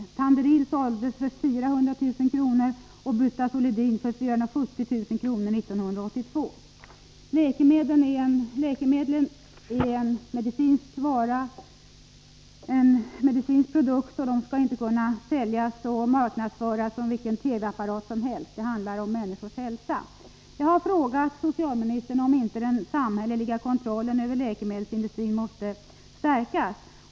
Det såldes Tanderil för 400 000 kr. och Butazolidin för 470 000 kr. 1982. Läkemedel är en medicinsk produkt, och de skall inte kunna försäljas och marknadsföras som vilken TV-apparat som helst. Det handlar om människors hälsa. Jag har frågat socialministern om inte den samhälleliga kontrollen över läkemedelsindustrin måste stärkas.